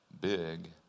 big